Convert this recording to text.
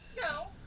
No